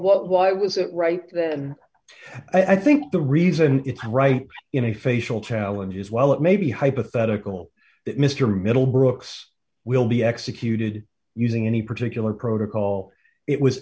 why was it right then i think the reason it's right in a facial challenge is well it may be hypothetical that mr middlebrooks will be executed using any particular protocol it was